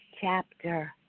chapter